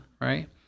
Right